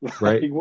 Right